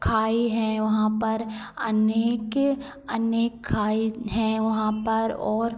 खाई हैं वहाँ पर अनेक अनेक खाई हैं वहाँ पर और